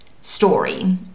story